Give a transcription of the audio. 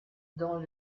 dans